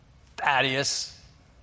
Thaddeus